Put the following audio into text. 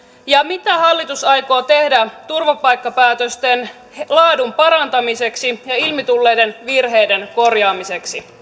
ja mitä hallitus aikoo tehdä turvapaikkapäätösten laadun parantamiseksi ja ilmitulleiden virheiden korjaamiseksi